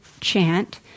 chant